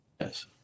Yes